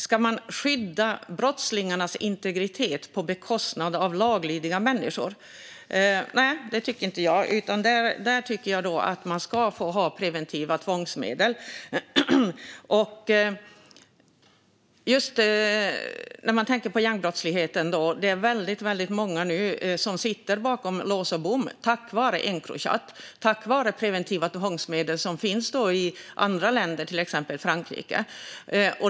Ska man skydda brottslingarnas integritet på bekostnad av laglydiga människor? Nej, det tycker inte jag, utan jag tycker att man ska få ha preventiva tvångsmedel. När det gäller gängbrottsligheten sitter väldigt många nu bakom lås och bom tack vare Encrochat - tack vare preventiva tvångsmedel som finns i andra länder, till exempel Frankrike.